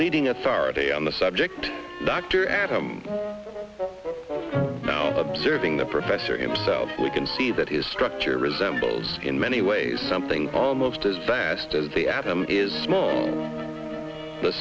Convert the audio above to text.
leading authority on the subject dr adam now observing the professor himself we can see that his structure resembles in many ways something almost as fast as the atom is small the